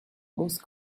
most